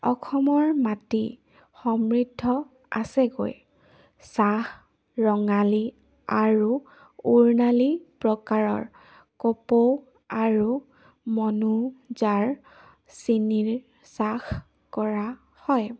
অসমৰ মাটি সমৃদ্ধ আছেগৈ চাহ ৰঙালী আৰু উৰ্ণালী প্ৰকাৰৰ কপৌ আৰু মনোজাৰ চিনিৰ চাহ কৰা হয়